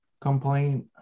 complaint